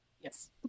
Yes